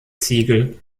ziegel